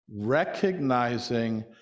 Recognizing